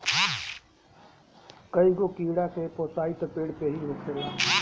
कईगो कीड़ा के पोसाई त पेड़ पे ही होखेला